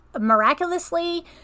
miraculously